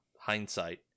hindsight